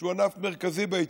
שהוא ענף מרכזי בהתיישבות.